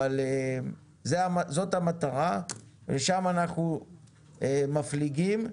אבל זאת המטרה ולשם אנחנו מפליגים.